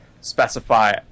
specify